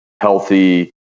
healthy